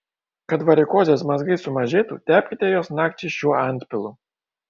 kad varikozės mazgai sumažėtų tepkite juos nakčiai šiuo antpilu